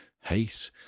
hate